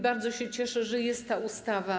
Bardzo się cieszę, że jest ta ustawa.